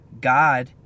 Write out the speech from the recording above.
God